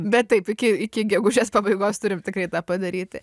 bet taip iki iki gegužės pabaigos turim tikrai tą padaryti